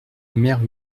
mère